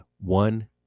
one